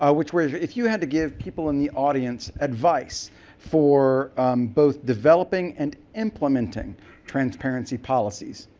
ah which were if you had to give people in the audience advice for both developing and implementing transparency policies,